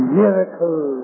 miracle